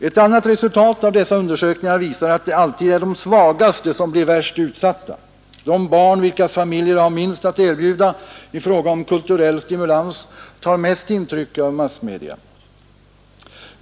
Ett annat resultat av dessa undersökningar visar att det alltid är de svagaste som blir värst utsatta; de barn vilkas familjer har minst att erbjuda i fråga om kulturell stimulans tar mest intryck av massmedia.